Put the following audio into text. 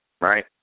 Right